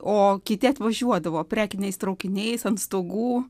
o kiti atvažiuodavo prekiniais traukiniais ant stogų